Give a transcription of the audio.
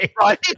Right